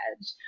edge